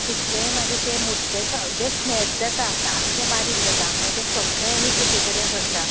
तितलेंय तें म्हुट्टे सगळें स्मॅश जाता सामकें बारीक जाता मागीर तें सगळें न्हय एकी कडेन करता